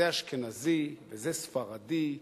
זה אשכנזי, וזה ספרדי,